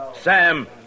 Sam